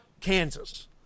Kansas